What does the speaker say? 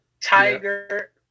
Tiger